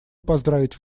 поздравить